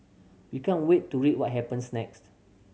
we can't wait to read what happens next